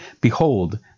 Behold